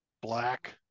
black